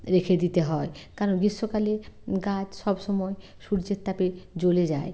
রেখে দিতে হয় কারণ গ্রীষ্মকালে গাছ সবসময় সূর্যের তাপে জ্বলে যায়